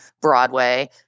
Broadway